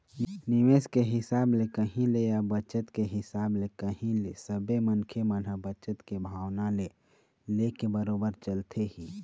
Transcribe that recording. निवेश के हिसाब ले कही ले या बचत के हिसाब ले कही ले सबे मनखे मन ह बचत के भावना लेके बरोबर चलथे ही